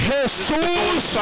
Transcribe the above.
Jesus